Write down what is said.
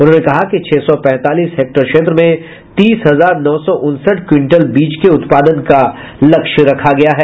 उन्होंने कहा कि छह सौ पैंतालीस हेक्टेयर क्षेत्र में तीस हजार नौ सौ उनसठ क्विंटल बीज के उत्पादन का लक्ष्य रखा गया है